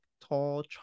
tall